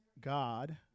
God